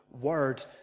word